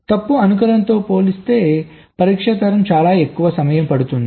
తప్పు అనుకరణతో పోలిస్తే పరీక్ష తరం చాలా ఎక్కువ సమయం పడుతుంది